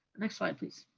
next slide, please.